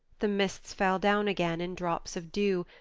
the mists fell down again in drops of dew,